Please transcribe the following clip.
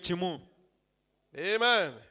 Amen